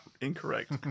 incorrect